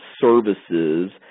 services